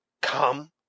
come